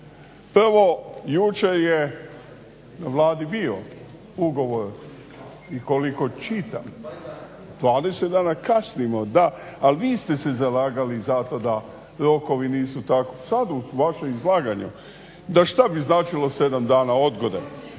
Prvo, jučer je na Vladi bio ugovor i koliko čitam 20 dana kasnimo da, ali vi ste se zalagali za to da rokovi nisu tako, sad u vašem izlaganju, da šta bi značilo 7 dana odgode.